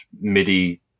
MIDI